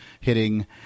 hitting